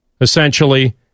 essentially